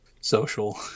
social